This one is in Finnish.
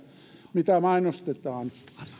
mitä mainostetaan